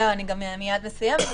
אני מייד מסיימת.